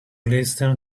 listen